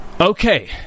Okay